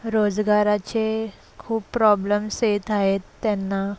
रोजगाराचे खूप प्रॉब्लेम्स येत आहेत त्यांना